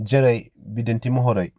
जेरै बिदिन्थि महरै